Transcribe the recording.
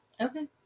Okay